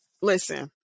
Listen